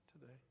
today